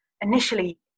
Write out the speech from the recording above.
initially